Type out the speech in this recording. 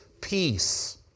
peace